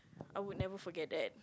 I would never forget that